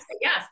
yes